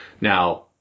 Now